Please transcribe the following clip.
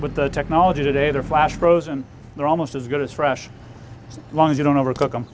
with the technology today they're flash frozen they're almost as good as fresh as long as you don't overcook